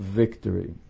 victory